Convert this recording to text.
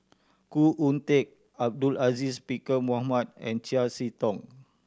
Khoo Oon Teik Abdul Aziz Pakkeer Mohamed and Chiam See Tong